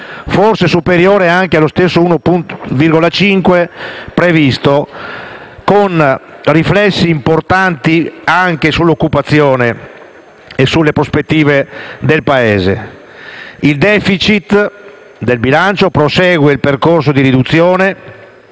per cento che era stato previsto, con riflessi importanti anche sull'occupazione e sulle prospettive del Paese. Il *deficit* di bilancio prosegue il percorso di riduzione,